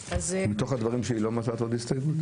מתוך הדברים שלי לא מצאת עוד הסתייגות?